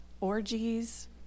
orgies